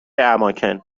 اماکن